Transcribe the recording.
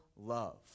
love